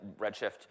Redshift